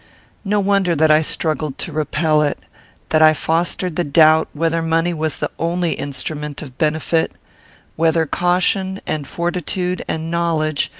no wonder that i struggled to repel it that i fostered the doubt whether money was the only instrument of benefit whether caution, and fortitude, and knowledge,